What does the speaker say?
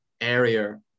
area